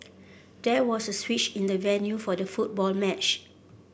there was a switch in the venue for the football match